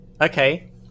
okay